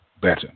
better